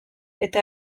eta